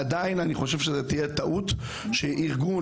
אבל אני בכל זאת חושב שזאת תהיה טעות אם ארגון